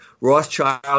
Rothschild